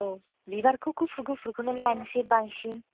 औ बिबारखौ गुफुर गुफुरखौनो लानोसै बांसिन